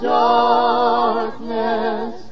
darkness